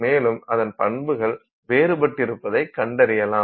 மேலும் அதன் பண்புகள் வேறுபட்டிருப்பதைக் கண்டறியலாம்